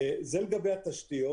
זה לגבי התשתיות.